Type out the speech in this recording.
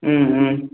ம் ம்